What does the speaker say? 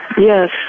yes